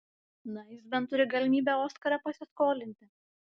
na jis bent turi galimybę oskarą pasiskolinti